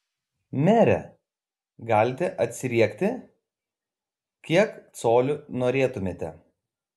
mere galite atsiriekti kiek colių norėtumėte